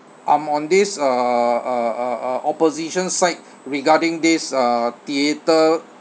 I'm on this uh uh uh uh opposition side regarding this uh theater